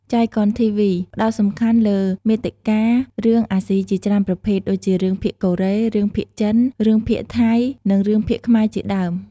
ចៃកុនធីវី (jaikonTV) ផ្ដោតសំខាន់លើ មាតិការឿងអាស៊ីជាច្រើនប្រភេទ ដូចជារឿងភាគកូរ៉េ រឿងភាគចិន រឿងភាគថៃ និងរឿងភាគខ្មែរជាដើម។